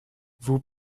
vous